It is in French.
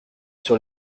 sur